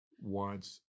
wants